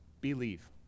believe